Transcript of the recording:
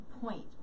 point